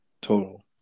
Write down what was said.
Total